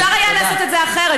אפשר היה לעשות את זה אחרת.